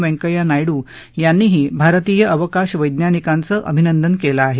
व्यंकैया नायडू यांनी भारतीय अवकाश वैज्ञानिकांचं अभिनंदन केलं आहे